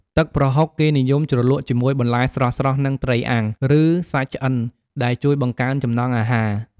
ទឹកប្រហុក គេនិយមជ្រលក់ជាមួយបន្លែស្រស់ៗ និងត្រីអាំង ឬសាច់ឆ្អិន ដែលជួយបង្កើនចំណង់អាហារ។